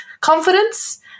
confidence